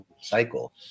cycle